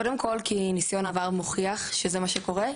קודם כל ניסיון העבר מוכיח שזה מה שקורה.